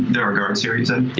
there are guards here, you